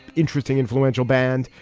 interesting, influential band,